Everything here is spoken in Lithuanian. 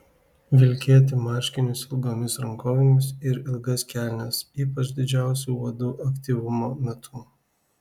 vilkėti marškinius ilgomis rankovėmis ir ilgas kelnes ypač didžiausio uodų aktyvumo metu